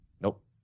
Nope